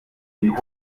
les